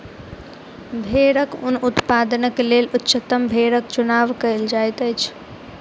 भेड़क ऊन उत्पादनक लेल उच्चतम भेड़क चुनाव कयल जाइत अछि